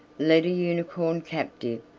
led a unicorn captive,